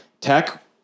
tech